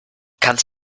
kannst